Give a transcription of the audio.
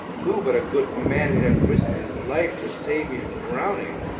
who but a good man would have risked his life to save me from drowning?